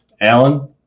Alan